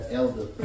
elder